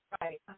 Right